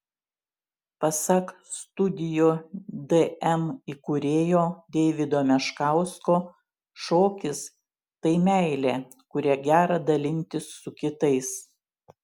pasak studio dm įkūrėjo deivido meškausko šokis tai meilė kuria gera dalintis su kitais